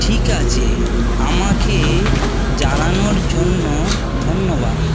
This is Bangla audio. ঠিক আছে আমাকে জানানোর জন্য ধন্যবাদ